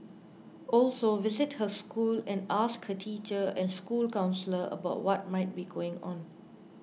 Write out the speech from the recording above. also visit her school and ask her teacher and school counsellor about what might be going on